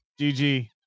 GG